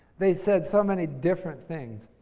they said so many different things.